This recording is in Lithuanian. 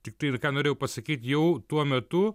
tiktai ir ką norėjau pasakyt jau tuo metu